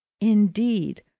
indeed,